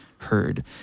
heard